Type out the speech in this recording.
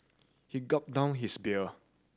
he gulped down his beer